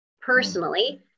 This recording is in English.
personally